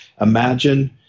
imagine